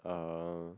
uh